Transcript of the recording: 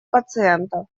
пациента